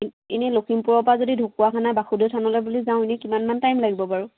এনেই লখিমপুৰৰপৰা যদি ঢকুৱাখানা বাসুদেউ থানলৈ বুলি যওঁ এনেই কিমানমান টাইম লাগিব বাৰু